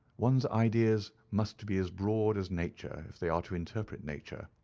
one's ideas must be as broad as nature if they are to interpret nature,